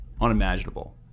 unimaginable